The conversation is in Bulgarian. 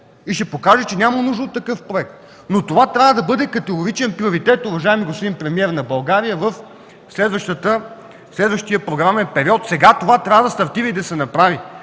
и ще покаже, че няма нужда от такъв проект. Но това трябва да бъде категоричен приоритет, уважаеми господин премиер на България, в следващия програмен период. Сега това трябва да стартира и да се направи